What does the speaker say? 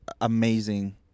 amazing